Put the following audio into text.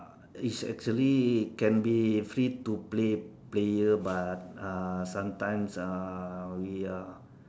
it's actually can be free two play~ player but sometimes uh we are